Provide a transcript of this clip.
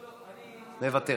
לא, לא, אני, מוותר.